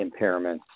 impairments